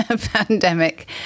pandemic